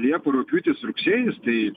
liepa rugpjūtis rugsėjis tai